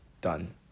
done